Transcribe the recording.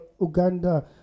uganda